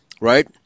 right